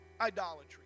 idolatry